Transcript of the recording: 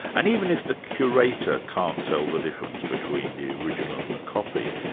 and even if the curator can't tell the difference between the original and the copy,